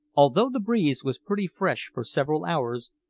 although the breeze was pretty fresh for several hours,